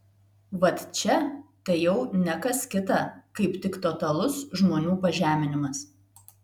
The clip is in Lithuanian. vat čia tai jau ne kas kita kaip tik totalus žmonių pažeminimas